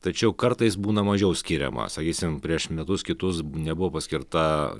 tačiau kartais būna mažiau skiriama sakysim prieš metus kitus nebuvo paskirta